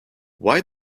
why